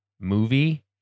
movie